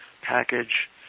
package